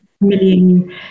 million